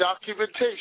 documentation